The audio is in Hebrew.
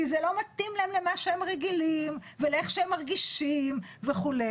זה לא מתאים להם למה שהם רגילים ואיך שהם מרגישים וכולי.